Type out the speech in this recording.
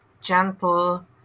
gentle